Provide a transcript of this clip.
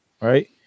right